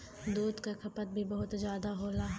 दूध क खपत भी बहुत जादा होला